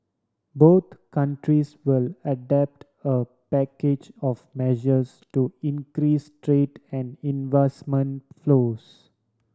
both countries will adopt a package of measures to increase trade and investment flows